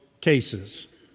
cases